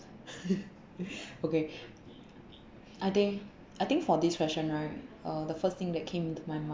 okay I think I think for this question right uh the first thing that came into my mind